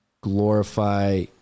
glorify